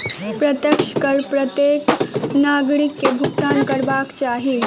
प्रत्यक्ष कर प्रत्येक नागरिक के भुगतान करबाक चाही